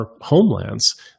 homelands